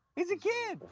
he's a kid.